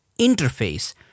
interface